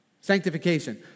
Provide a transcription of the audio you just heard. Sanctification